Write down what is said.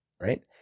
Right